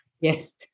yes